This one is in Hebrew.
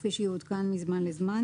כפי שיעודכן מזמן לזמן,